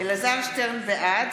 בעד